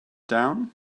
down